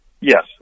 Yes